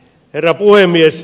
herra puhemies